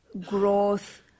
growth